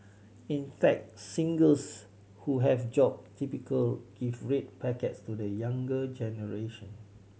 in fact singles who have a job typically give red packets to the younger generation